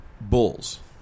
bulls